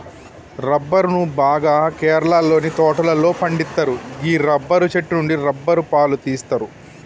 రబ్బరును బాగా కేరళలోని తోటలలో పండిత్తరు గీ రబ్బరు చెట్టు నుండి రబ్బరు పాలు తీస్తరు